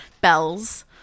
bells